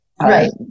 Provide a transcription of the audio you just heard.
Right